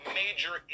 major